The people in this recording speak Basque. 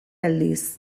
aldiz